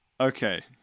Okay